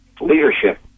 leadership